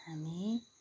हामी